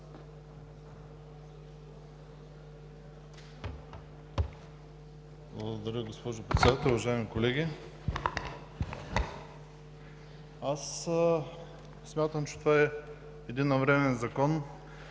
Благодаря, госпожо Председател. Уважаеми колеги, смятам, че това е един навременен Закон,